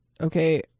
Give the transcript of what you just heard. Okay